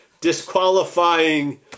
disqualifying